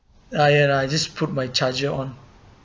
ah yeah I just put my charger on